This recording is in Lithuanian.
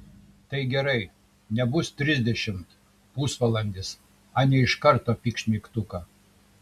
tai gerai nebus trisdešimt pusvalandis ane ir iš karto pykšt mygtuką